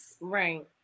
Right